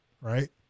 right